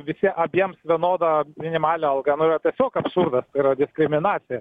visi abiems vienodą minimalią algą nu yra tiesiog absurdas tai yra diskriminacija